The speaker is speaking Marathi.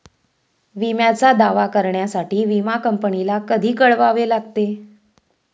विम्याचा दावा करण्यासाठी विमा कंपनीला कधी कळवावे लागते?